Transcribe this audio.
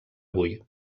avui